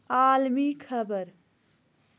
عٲلمی خبر